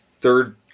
third